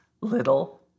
little